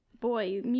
boy